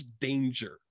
danger